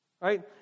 Right